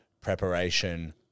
preparation